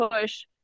push